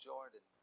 Jordan